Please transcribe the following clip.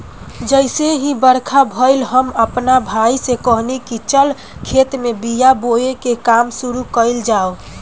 जइसे ही बरखा भईल, हम आपना भाई से कहनी की चल खेत में बिया बोवे के काम शुरू कईल जाव